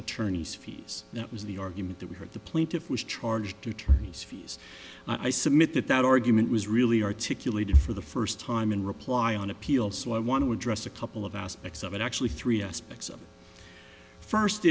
attorneys fees that was the argument that we heard the plaintiff was charged attorneys fees i submit that that argument was really articulated for the first time in reply on appeal so i want to address a couple of aspects of it actually three aspects of first